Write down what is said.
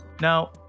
Now